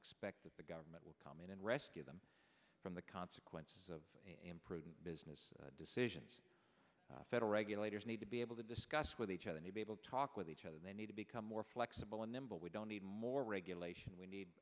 expect that the government will come in and rescue them from the consequences of imprudent business decisions federal regulators need to be able to discuss with each other to be able to talk with each other they need to become more flexible and nimble we don't need more regulation we need